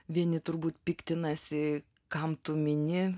vieni turbūt piktinasi kam tu mini